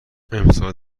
امسال